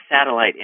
satellite